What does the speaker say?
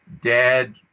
dad